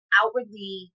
outwardly